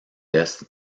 est